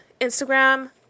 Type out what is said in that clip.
Instagram